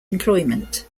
employment